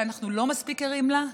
שאנחנו לא מספיק ערים לה,